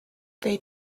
they